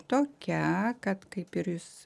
tokia kad kaip ir jūs